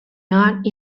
not